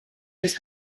his